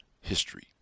history